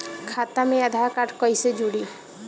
खाता मे आधार कार्ड कईसे जुड़ि?